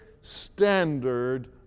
standard